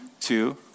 two